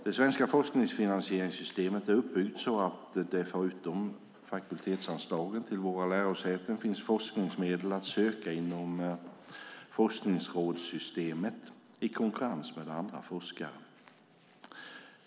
Det svenska forskningsfinansieringssystemet är uppbyggt så att det förutom fakultetsanslagen till våra lärosäten finns forskningsmedel att söka inom forskningsrådssystemet i konkurrens med andra forskare.